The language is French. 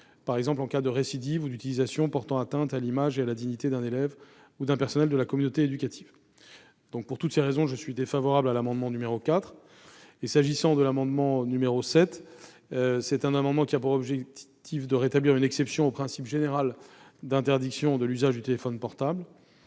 par exemple en cas de récidive ou d'utilisation portant atteinte à l'image et à la dignité d'un élève ou d'un membre de la communauté éducative. Pour toutes ces raisons, je suis défavorable à l'amendement n° 4. L'amendement n° 7 a pour objet de rétablir une exception au principe général d'interdiction de l'usage du téléphone portable.